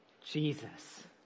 Jesus